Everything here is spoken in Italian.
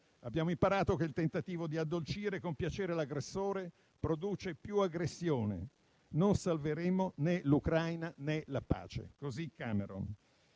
Abbiamo imparato che il tentativo di addolcire con piacere l'aggressore produce più aggressione e non salveremo né l'Ucraina, né la pace. Questo